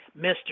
Mr